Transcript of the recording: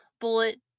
bullet